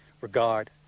regard